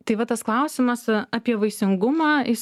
tai va tas klausimas apie vaisingumą jis